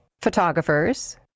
photographers